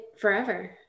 forever